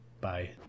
Bye